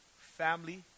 Family